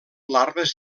larves